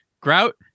Grout